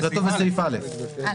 זה כתוב בסעיף (א).